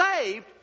saved